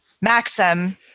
Maxim